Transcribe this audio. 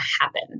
happen